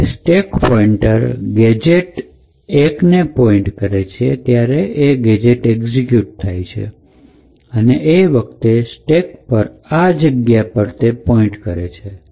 જ્યારે stack pointer gadget એકને point કરે છે ત્યારે ગેજેટ એક્ઝિક્યુટ થાય છે અને એ વખતે સ્ટેક પર આ જગ્યા પર પોઇન્ટ કરે છે